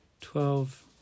twelve